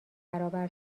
برابر